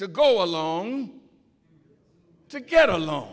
to go along to get along